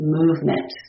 movement